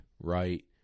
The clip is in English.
right